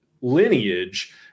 lineage